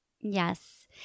Yes